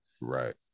right